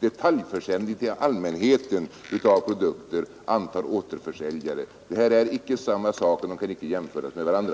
detaljförsäljningen till allmänheten av produkter antar återförsäljare. Det är inte samma saker och kan inte jämföras med varandra.